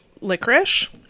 Licorice